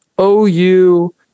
OU